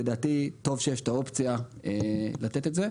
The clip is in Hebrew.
לדעתי טוב שיש את האופציה לתת את זה.